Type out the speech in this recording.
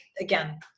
again